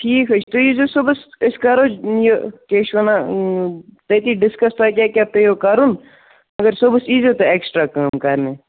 ٹھیٖک حظ چھِ تُہۍ ییٖزیو صُبحَس أسۍ کَرو یہِ کیٛاہ چھِ وَنان تٔتی ڈِسکَس تۄہہِ کیٛاہ کیٛاہ پیٚیو کَرُن مگر صُبحَس ییٖزیو تُہۍ اٮ۪کسٹرٛا کٲم کَرنہِ